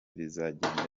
bizagenda